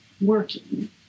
working